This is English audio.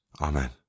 Amen